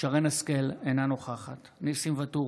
שרן מרים השכל, אינה נוכחת ניסים ואטורי,